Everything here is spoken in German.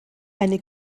eine